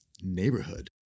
neighborhood